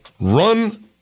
Run